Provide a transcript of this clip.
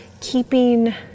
keeping